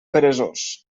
peresós